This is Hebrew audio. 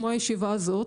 כמו הישיבה הזאת,